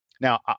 Now